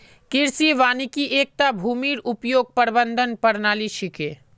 कृषि वानिकी एकता भूमिर उपयोग प्रबंधन प्रणाली छिके